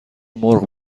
مرغ